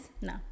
no